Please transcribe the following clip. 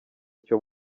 cyo